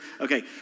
Okay